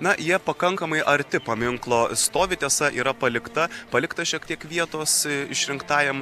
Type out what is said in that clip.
na jie pakankamai arti paminklo stovi tiesa yra palikta palikta šiek tiek vietos išrinktajam